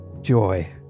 Joy